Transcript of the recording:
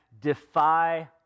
defy